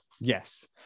Yes